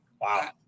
wow